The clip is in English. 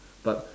but